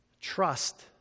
trust